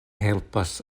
helpas